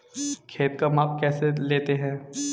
खेत का माप कैसे लेते हैं?